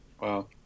Wow